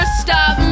stop